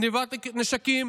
גנבת נשקים